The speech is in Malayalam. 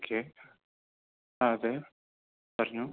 ഓക്കെ ആ അതേ പറഞ്ഞോ